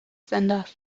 senders